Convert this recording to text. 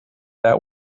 that